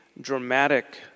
dramatic